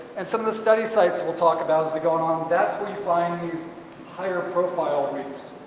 and some of the study sites will talk about it going on that's where you find these higher profile reefs.